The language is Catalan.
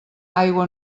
aigua